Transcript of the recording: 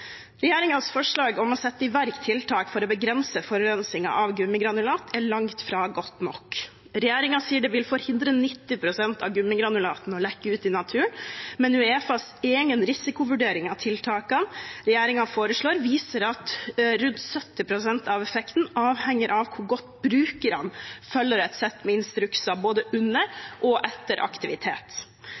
forslag om å sette i verk tiltak for å begrense forurensingen av gummigranulat er langt fra godt nok. Regjeringen sier det vil forhindre 90 pst. av gummigranulatene å lekke ut i naturen, men UEFAs egen risikovurdering av tiltakene regjeringen foreslår, viser at rundt 70 pst. av effekten avhenger av hvor godt brukerne følger et sett med instrukser både under og etter aktivitet.